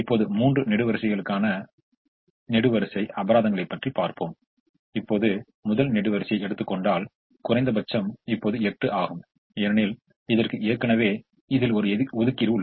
இப்போது நம்மால் மேலும் குறைக்க முடியுமா என்பதைப் பார்க்க மற்ற நிலைகளை அறிந்து கொள்ள முயற்சிக்க வேண்டும் எனவே நாம் மீண்டும் இதற்கே வருவோம்